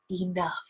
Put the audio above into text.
Enough